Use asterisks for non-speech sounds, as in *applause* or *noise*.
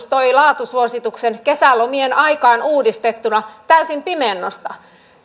*unintelligible* toi laatusuosituksen kesälomien aikaan uudistettuna täysin pimennosta